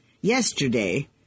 Yesterday